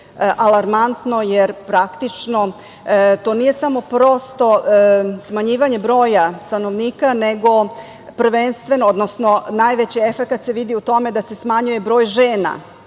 alarmantno jer praktično to nije samo prosto smanjivanje broja stanovnika nego prvenstveno, odnosno najveći efekat se vidi u tome da se smanjuje broj žena,